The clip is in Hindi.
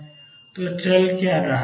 तो क्या चल रहा है